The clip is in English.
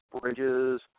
bridges